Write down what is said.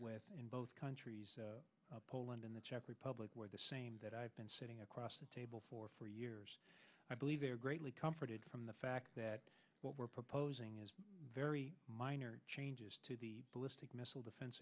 with in both countries poland and the czech republic where the same that i've been sitting across the table for four years i believe they're greatly comforted from the fact that what we're proposing is very minor changes to the ballistic missile defense